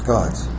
God's